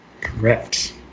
correct